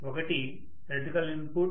ఒకటి electrical input